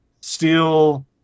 Steel